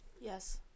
yes